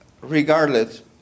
regardless